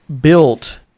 built